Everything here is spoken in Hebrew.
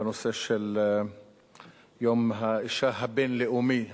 בנושא של יום האשה הבין-לאומי.